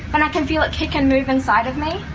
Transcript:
when i can feel it kick and move inside of me?